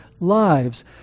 lives